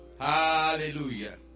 hallelujah